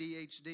ADHD